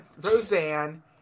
Roseanne